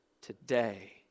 today